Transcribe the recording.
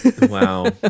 Wow